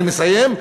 אני מסיים,